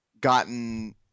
gotten